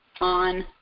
on